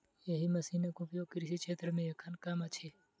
एहि मशीनक उपयोग कृषि क्षेत्र मे एखन कम अछि